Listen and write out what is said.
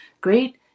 great